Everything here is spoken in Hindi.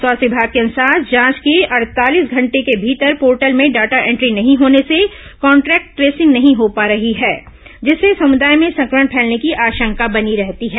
स्वास्थ्य विमाग के अनुसार जांच के अड़तालीस घंटों के भीतर पोर्टल में डाटा एंट्री नहीं होने से कांटेक्ट ट्रेसिंग नहीं हो पा रही है जिससे समुदाय में संक्रमण फैलने की आशंका बनी रहती है